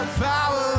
power